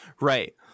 Right